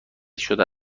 شده